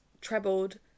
trebled